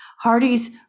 Hardy's